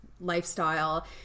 lifestyle